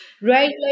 Right